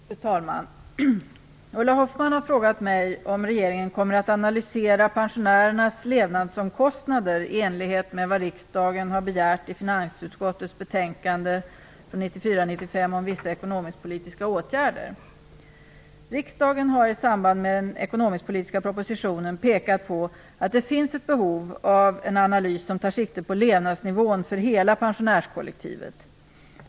Fru talman! Ulla Hoffmann har frågat mig om regeringen kommer att analysera pensionärernas levnadsomkostnader i enlighet med vad riksdagen har begärt i finansutskottets betänkande 1994/95:FiU1 om vissa ekonomisk-politiska åtgärder. Riksdagen har i samband med den ekonomiskpolitiska propositionen pekat på att det finns ett behov av en analys som tar sikte på levnadsnivån för hela pensionärskollektivet.